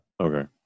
Okay